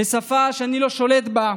בשפה שאני לא שולט בה,